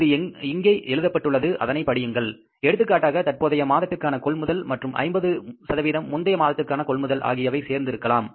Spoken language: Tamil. அது இங்கே எழுதப்பட்டுள்ளது அதனை படியுங்கள் எடுத்துக்காட்டாக தற்போதைய மாதத்திற்கான கொள்முதல் மற்றும் 50 முந்தைய மாதத்திற்கான கொள்முதல் ஆகியவை சேர்ந்து இருக்கலாம்